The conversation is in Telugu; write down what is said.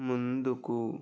ముందుకు